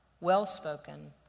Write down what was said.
well-spoken